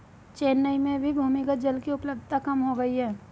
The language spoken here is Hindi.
चेन्नई में भी भूमिगत जल की उपलब्धता कम हो गई है